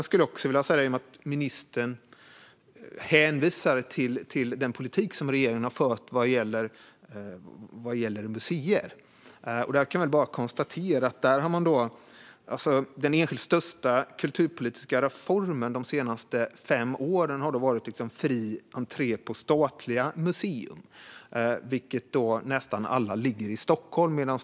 I och med att ministern hänvisar till den politik som regeringen har fört vad gäller museer kan jag bara konstatera att den enskilt största kulturpolitiska reformen de senaste fem åren har varit fri entré på statliga museer. Nästan alla dessa ligger i Stockholm.